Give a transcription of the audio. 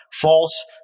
false